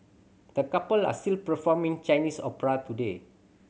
the couple are still performing Chinese opera today